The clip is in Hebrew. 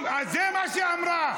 זה לא מה שנאמר.